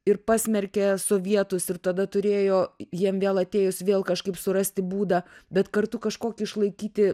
ir pasmerkė sovietus ir tada turėjo jiem vėl atėjus vėl kažkaip surasti būdą bet kartu kažkokį išlaikyti